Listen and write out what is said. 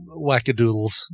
wackadoodles